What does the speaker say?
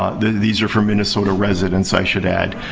these are from minnesota residents, i should add.